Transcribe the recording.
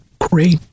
great